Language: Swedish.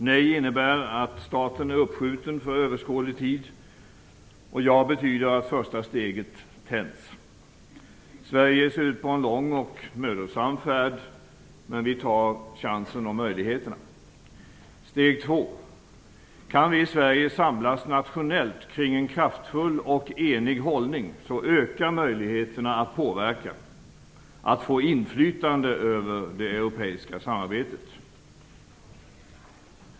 Nej innebär att starten är uppskjuten för överskådlig tid; ja betyder att första steget tänds. Sverige ger sig ut på en lång och mödosam färd, men vi tar chansen och möjligheterna. Steg två: Kan vi i Sverige samlas nationellt kring en kraftfull och enig hållning ökar möjligheterna att påverka, att få inflytande över det europeiska samarbetet.